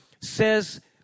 says